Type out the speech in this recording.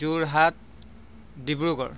Jorhat Dibrugarh